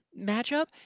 matchup